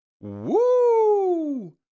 Woo